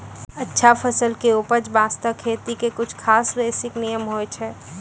अच्छा फसल के उपज बास्तं खेती के कुछ खास बेसिक नियम होय छै